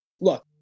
Look